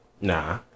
nah